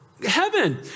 heaven